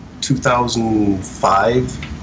2005